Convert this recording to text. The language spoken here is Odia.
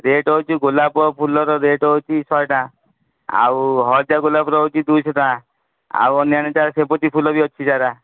ରେଟ୍ ହେଉଛି ଗୋଲାପ ଫୁଲର ରେଟ୍ ହେଉଛି ଶହେ ଟଙ୍କା ଆଉ ହଳଦିଆ ଗୋଲାପର ହେଉଛି ଦୁଇଶହ ଟଙ୍କା ଆଉ ଅନାନ୍ୟା ସବୁ ସେବତୀ ଫୁଲ ବି ଅଛି ଚାରା